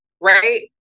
Right